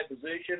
position